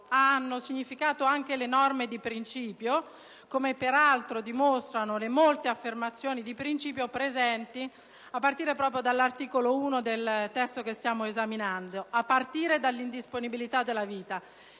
hanno significato anche le norme di principio, come peraltro dimostrano le molte affermazioni di principio presenti, a partire proprio dall'articolo 1 del testo che stiamo esaminando e a partire dal concetto della indisponibilità della vita.